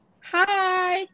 hi